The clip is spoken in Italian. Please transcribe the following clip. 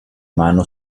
mano